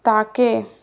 تاکہ